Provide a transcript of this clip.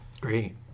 Great